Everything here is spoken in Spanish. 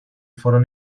fueron